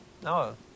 No